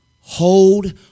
Hold